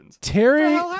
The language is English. Terry